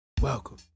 Welcome